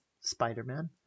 Spider-Man